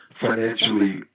financially